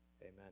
Amen